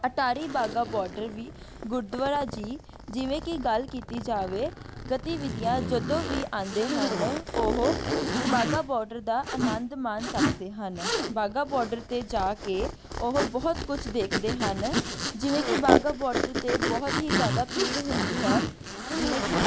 Attari Wagah border ਵੀ ਗੁਰਦੁਆਰਾ ਜੀ ਜਿਵੇਂ ਕਿ ਗੱਲ ਕੀਤੀ ਜਾਵੇ ਗਤੀਵਿਧੀਆਂ ਜਦੋਂ ਵੀ ਆਉਂਦੇ ਹਨ ਉਹ ਵਾਹਗਾ ਬਾਰਡਰ ਦਾ ਆਨੰਦ ਮਾਣ ਸਕਦੇ ਹਨ ਵਾਹਗਾ ਬਾਰਡਰ 'ਤੇ ਜਾ ਕੇ ਉਹ ਬਹੁਤ ਕੁਛ ਦੇਖਦੇ ਹਨ ਜਿਵੇਂ ਕਿ ਵਾਹਗਾ ਬਾਰਡਰ 'ਤੇ ਬਹੁਤ ਹੀ ਜ਼ਿਆਦਾ ਭੀੜ ਹੁੰਦੀ ਹੈ ਜਿਵੇਂ ਕਿ